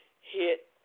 hit